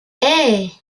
hey